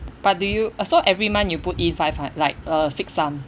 but do you uh so every month you put in five hund~ like a fixed sum